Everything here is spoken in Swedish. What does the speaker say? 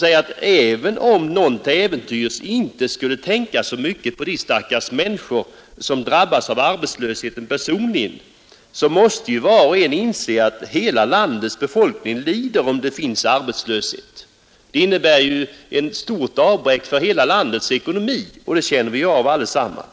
Även om någon till äventyrs inte skulle tänka så mycket på de stackars människor som drabbats av arbetslösheten personligen måste ju var och en inse att hela landets befolkning lider om det finns arbetslöshet. Den innebär ju ett avbräck för hela landets ekonomi, och det känner vi av allesammans.